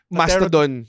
mastodon